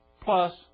plus